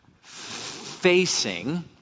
facing